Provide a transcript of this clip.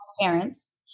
parents